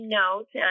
note